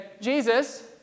Jesus